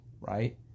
right